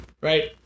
Right